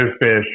fish